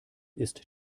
ist